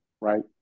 Right